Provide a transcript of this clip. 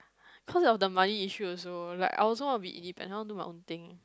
cause of the money issue also like I also want to be independent I want to do my own thing